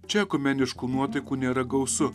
čia ekumeniškų nuotaikų nėra gausu